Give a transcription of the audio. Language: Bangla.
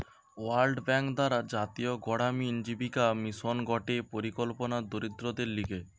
ওয়ার্ল্ড ব্যাঙ্ক দ্বারা জাতীয় গড়ামিন জীবিকা মিশন গটে পরিকল্পনা দরিদ্রদের লিগে